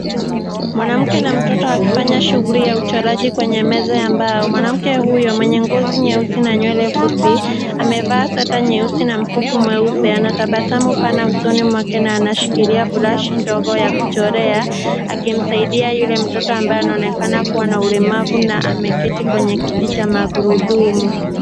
Mwanamke na mtoto wakifanya shughuli ya uchoraji kwenye meza ya mbao. Mwanamke huyo mwenye ngozi nyeusi na nywele fupi, amevaa sweta nyeusi na mkufu mweupe. Ana tabasamu pana usoni mwake na anashikilia brush ndogo ya kuchorea, akimsaidia yule mtoto ambaye anaonekana kuwa na ulemavu na ameketi kwenye kiti cha magurudumu.